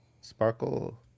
Sparkle